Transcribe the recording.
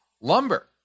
lumber